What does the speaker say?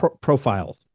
profile